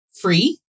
free